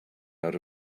out